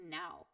now